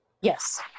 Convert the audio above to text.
Yes